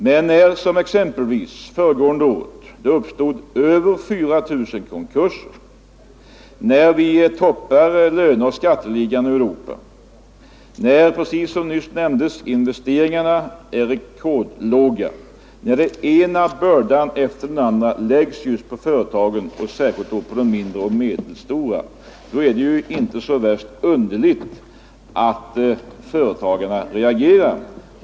Men när exempelvis som under föregående år över 4 000 konkurser uppstod, när vi toppar löneoch skatteligan i Europa, när precis som nyss nämndes investeringarna är rekordlåga, när den ena bördan efter den andra läggs just på företagen och särskilt då på de mindre och medelstora, är det inte så underligt att företagarna reagerar.